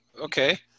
okay